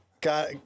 got